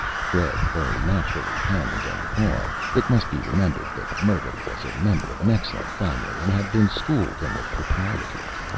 fred very naturally hemmed and hawed. it must be remembered that myrtle was a member of an excellent family, and had been schooled in the proprieties,